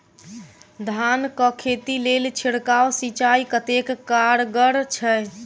धान कऽ खेती लेल छिड़काव सिंचाई कतेक कारगर छै?